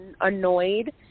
annoyed